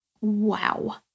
Wow